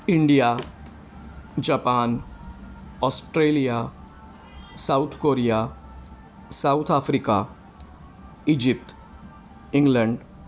India Japan Australia South Korea South Africa Egypt England